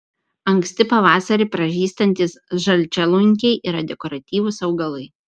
anksti pavasarį pražystantys žalčialunkiai yra dekoratyvūs augalai